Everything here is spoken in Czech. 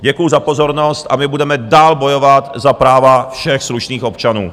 Děkuju za pozornost a my budeme dál bojovat za práva všech slušných občanů!